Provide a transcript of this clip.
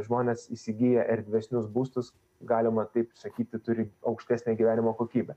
žmonės įsigiję erdvesnius būstus galima taip sakyti turi aukštesnę gyvenimo kokybę